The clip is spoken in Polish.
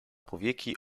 powieki